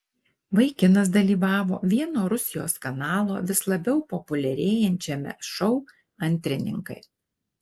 vaikinas dalyvavo vieno rusijos kanalo vis labiau populiarėjančiame šou antrininkai